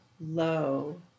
low